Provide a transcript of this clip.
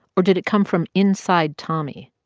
or did it come from inside tommy?